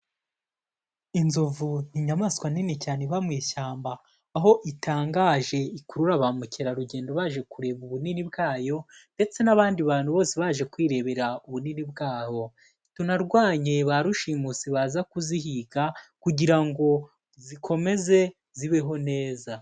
Inzovu n'inyamaswa nini cyane iba mu ishyamba, aho itangaje, ikurura ba mukerarugendo baje kureba ubunini bwayo, ndetse n'abandi bantu bose baje kwirebera ubunini bwayo, tunarwanye ba rushimusi baza kuzihiga kugira ngo zikomeze zibeho neza.